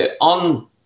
on